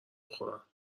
بخورم